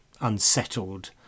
unsettled